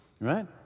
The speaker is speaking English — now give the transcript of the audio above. right